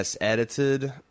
edited